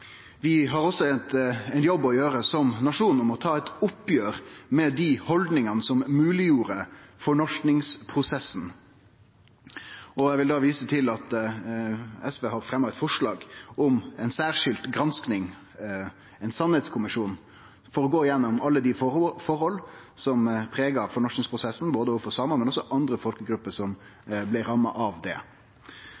Vi har også ein jobb å gjere som nasjon når det gjeld å ta eit oppgjer med dei haldningane som gjorde fornorskingsprosessen mogleg. Eg vil vise til at SV har fremja eit forslag om ei særskild gransking, ein sanningskommisjon, for å gå igjennom alle dei forholda som prega fornorskingsprosessen overfor både samane og andre folkegrupper som